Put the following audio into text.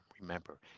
Remember